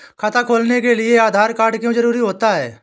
खाता खोलने के लिए आधार कार्ड क्यो जरूरी होता है?